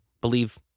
believe